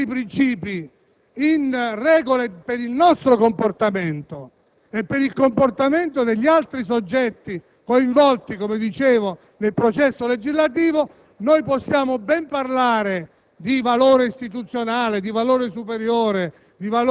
e non cerchiamo di sforzarci di tradurre questi principi in regole per il nostro comportamento e per il comportamento degli altri soggetti coinvolti nel processo legislativo, possiamo ben parlare